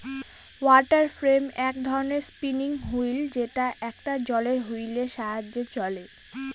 water frame এক ধরনের spinning wheel যেটা একটা জলের হুইলের সাহায্যে চলে